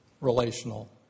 Relational